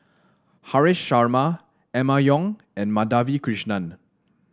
Haresh Sharma Emma Yong and Madhavi Krishnan